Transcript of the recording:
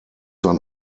sein